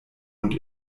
und